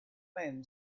men